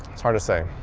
it's hard to say.